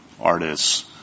artists